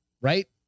right